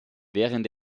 während